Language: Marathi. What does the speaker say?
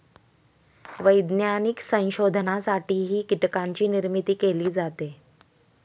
वैज्ञानिक संशोधनासाठीही कीटकांची निर्मिती केली जाते